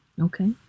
Okay